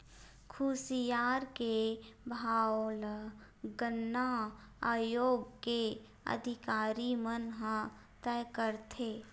खुसियार के भाव ल गन्ना आयोग के अधिकारी मन ह तय करथे